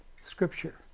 Scripture